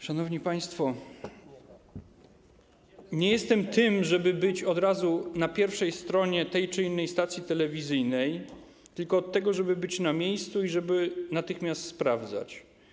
Szanowni państwo, nie jestem od tego, żeby być od razu na pierwszej stronie tej czy innej stacji telewizyjnej, tylko od tego, żeby być na miejscu i natychmiast sprawdzać.